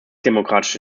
demokratische